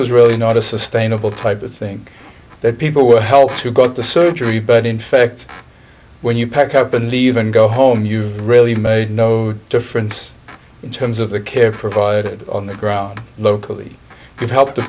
was really not a sustainable type of thing that people would help who got the surgery but in fact when you pack up and leave and go home you've really made no difference in terms of the care provided on the ground locally could help the